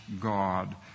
God